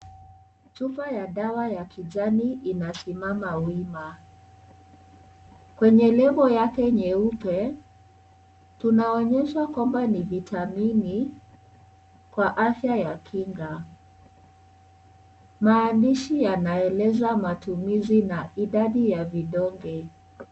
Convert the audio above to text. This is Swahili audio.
Chupa ya dawa ya kijani inasimama wima kwenye lebo yake nyeupe tunaonyeshwa kwamba ni vitamini kwa afya ya kinga maandishi yanaelezwa matumizi na idadi ya vidonge.